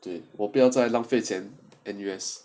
对我不要再浪费钱 N_U_S